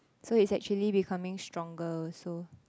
so it's actually becoming stronger also